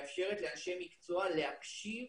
מאפשרת לאנשי מקצוע להקשיב,